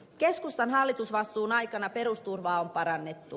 keskustan hallitusvastuun aikana perusturvaa on parannettu